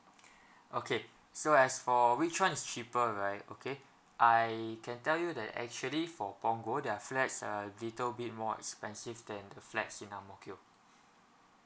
okay so as for which one is cheaper right okay I can tell you that actually for punggol their flats a little bit more expensive than the flats in angmokio